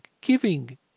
giving